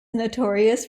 notorious